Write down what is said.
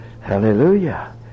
hallelujah